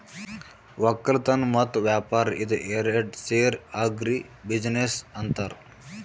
ವಕ್ಕಲತನ್ ಮತ್ತ್ ವ್ಯಾಪಾರ್ ಇದ ಏರಡ್ ಸೇರಿ ಆಗ್ರಿ ಬಿಜಿನೆಸ್ ಅಂತಾರ್